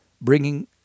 bringing